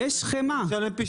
יש חמאה.